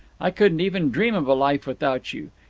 i couldn't even dream of a life without you.